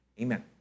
Amen